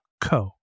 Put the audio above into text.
co